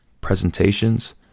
presentations